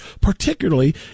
particularly